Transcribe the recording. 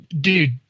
dude